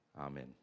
Amen